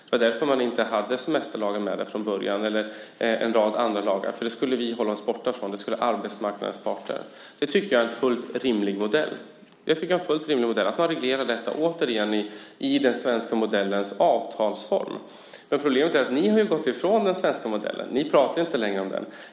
Det var därför man inte hade semesterlagen och en rad andra lagar med där från början - det skulle vi hålla oss borta ifrån, och det skulle arbetsmarknadens parter sköta. Jag tycker att det är en fullt rimlig modell, att man reglerar detta i den svenska modellens avtalsform. Problemet är att ni nu har gått ifrån den svenska modellen. Ni pratar inte längre om den.